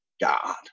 God